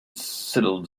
sidled